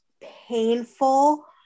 painful